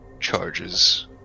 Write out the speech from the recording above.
charges